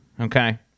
okay